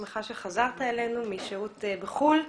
אני שמחה שחזרת אלינו משהות בחוץ לארץ